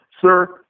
sir